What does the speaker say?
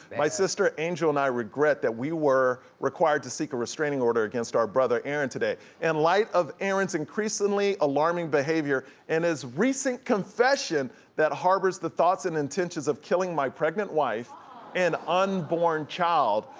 my sister, angel, and i regret that we were required to seek a restraining order against our brother aaron today. in light of aaron's increasingly alarming behavior and his recent confession that harbors the thoughts and intentions of killing my pregnant wife and unborn child,